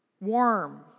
warm